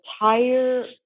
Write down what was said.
entire